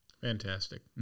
Fantastic